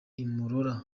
imurora